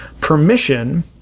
permission